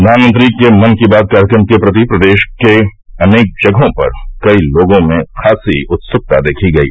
प्रधानमंत्री के मन की बात कार्यक्रम के प्रति प्रदेश के अनेक जगहों पर कल लोगों में खासी उत्सुकता देखी गयी